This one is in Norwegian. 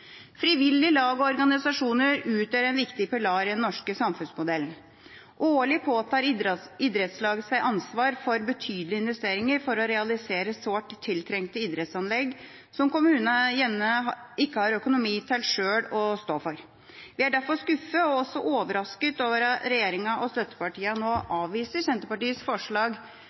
Frivillige lag og organisasjoner utgjør en viktig pilar i den norske samfunnsmodellen. Årlig påtar idrettslag seg ansvar for betydelige investeringer for å realisere sårt tiltrengte idrettsanlegg som kommunene gjerne ikke har økonomi til sjøl å stå for. Vi er derfor skuffet – og også overrasket – over at regjeringa og støttepartiene uten spesiell begrunnelse nå